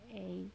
এই